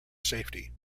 safety